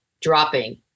dropping